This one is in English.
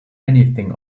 anything